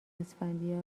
اسفندیار